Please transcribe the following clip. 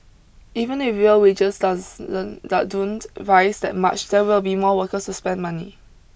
even if real wages doesn't don't rise that much there will be more workers to spend money